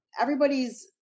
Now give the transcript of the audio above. everybody's